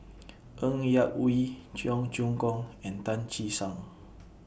Ng Yak Whee Cheong Choong Kong and Tan Che Sang